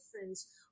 difference